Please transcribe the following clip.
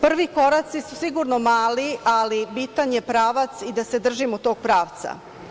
Prvi koraci su sigurno mali, ali bitan je pravac i da se držimo tog pravca.